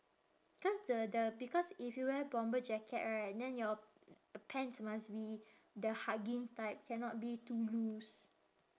cause the the because if you wear bomber jacket right then your pants must be the hugging type cannot be too loose